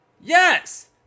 Yes